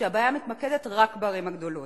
שהבעיה מתמקדת רק בערים הגדולות,